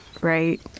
right